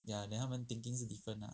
ya then 他们 thinking 是 different lah